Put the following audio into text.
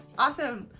awesome!